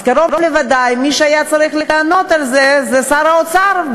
קרוב לוודאי שמי שהיה צריך לענות על זה זה שר האוצר,